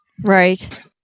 right